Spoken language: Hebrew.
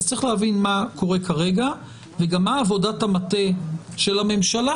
צריך להבין מה קורה כרגע ומה עבודת המטה של הממשלה